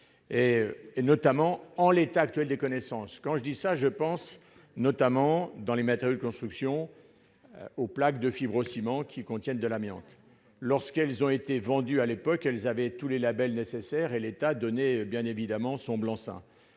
notamment en l'état actuel des connaissances. En disant cela, je pense notamment, dans les matériaux de construction, aux plaques de fibrociment qui contiennent de l'amiante : à l'époque où elles ont été vendues, elles avaient tous les labels nécessaires, et l'État donnait, bien évidemment, son blanc-seing.